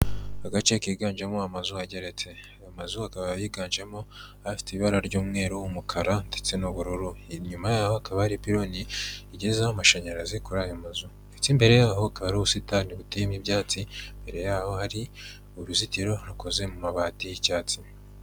Agace kiganjemo amazu ageretse amazu akaba yiganjemo afite ibara ry'umweru, umukara ndetse n'ubururu inyuma yaho hakaba hari ipiloni igezaho amashanyarazi kuri ayo mazu ndetse imbere yaho hakaba hari ubusitani buteyemo ibyatsi imbere yaho hari uruzitiro rukoze mu mabati y'icyatsi.